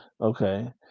okay